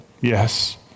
yes